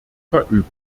verübt